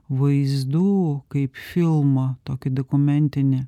vaizdų kaip filmą tokį dokumentinį